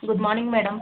good morning madam